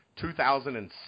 2006